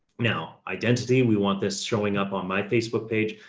now identity. we want this showing up on my facebook page.